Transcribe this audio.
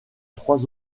trois